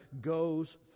goes